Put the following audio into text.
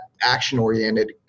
action-oriented